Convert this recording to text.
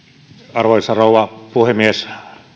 arvoisa rouva puhemies